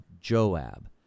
Joab